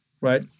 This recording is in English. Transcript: right